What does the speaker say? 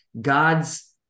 God's